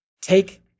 Take